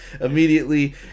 Immediately